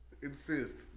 Insist